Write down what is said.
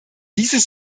dieses